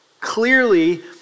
clearly